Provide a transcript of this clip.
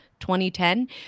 2010